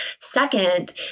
Second